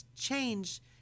change